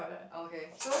okay